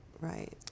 Right